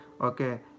okay